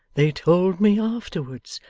they told me, afterwards,